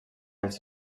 els